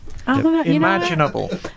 Imaginable